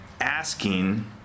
asking